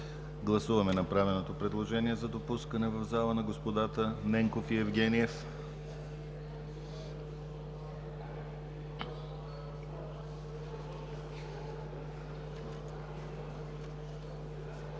Гласуваме направеното предложение за допускане в залата на господата Ненков и Евгениев.